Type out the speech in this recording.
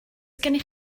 gennych